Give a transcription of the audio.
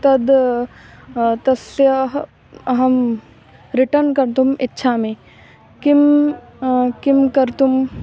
तद् तस्याः अहं रिटर्न् कर्तुम् इच्छामि किं किं कर्तुं